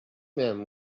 miałem